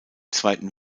zweiten